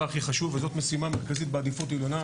הכי חשוב וזאת משימה מרכזית בעדיפות עליונה,